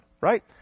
Right